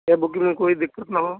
यह बुकिंग में कोई दिक़्क़त ना हो